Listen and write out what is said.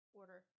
order